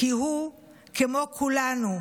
כי כמו כולנו הוא